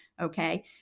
Okay